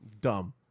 Dumb